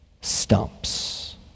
stumps